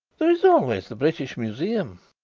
there is always the british museum. ah,